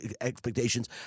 expectations